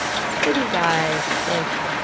city guides, like.